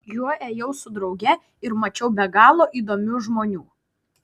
juo ėjau su drauge ir mačiau be galo įdomių žmonių